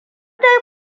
dai